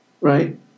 right